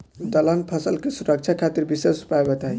दलहन फसल के सुरक्षा खातिर विशेष उपाय बताई?